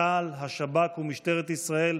צה"ל, השב"כ ומשטרת ישראל,